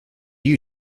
you